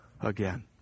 again